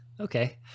Okay